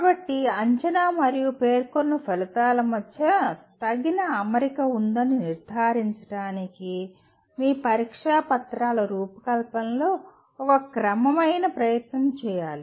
కాబట్టి అంచనా మరియు పేర్కొన్న ఫలితాల మధ్య తగిన అమరిక ఉందని నిర్ధారించడానికి మీ పరీక్షా పత్రాల రూపకల్పనలో ఒక క్రమమైన ప్రయత్నం చేయాలి